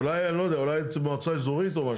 אולי, אני לא יודע, אולי מועצה אזורית או משהו.